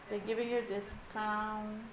they giving you discount